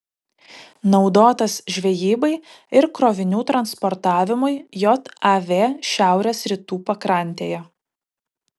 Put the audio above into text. naudotas žvejybai ir krovinių transportavimui jav šiaurės rytų pakrantėje